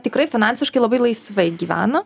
tikrai finansiškai labai laisvai gyvena